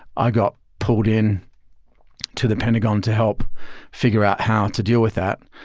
i got pulled in to the pentagon to help figure out how to deal with that.